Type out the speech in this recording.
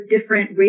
different